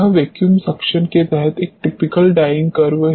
यह vacuum suction के तहत एक टिपिकल डॉयिंग कर्व है